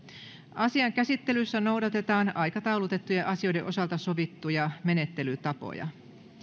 asian käsittelyssä noudatetaan aikataulutettujen asioiden osalta sovittuja menettelytapoja